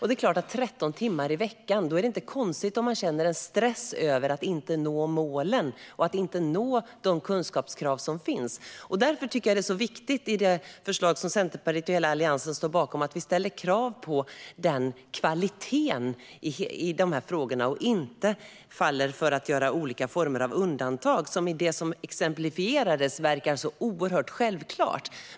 Det är klart att med 13 timmar i veckan är det inte konstigt om man känner en stress över att inte nå målen och de kunskapskrav som finns. Därför är det så viktigt i det förslag som Centerpartiet och hela Alliansen står bakom att vi ställer kvar på kvaliteten i de frågorna och inte faller för att göra olika former av undantag. I det som exemplifierades verkar det så oerhört självklart.